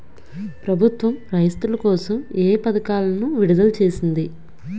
ప్రభుత్వం రైతుల కోసం ఏ పథకాలను విడుదల చేసింది?